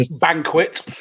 Banquet